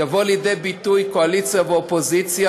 יבוא לידי ביטוי קואליציה ואופוזיציה,